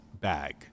bag